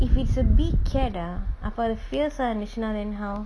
if it's a big cat ah அப அது:apa athu fierce ah இருந்துச்சுனா:irunthuchuna then how